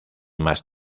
más